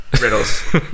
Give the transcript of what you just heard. riddles